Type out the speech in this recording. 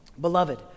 Beloved